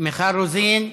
מיכל רוזין.